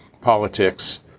politics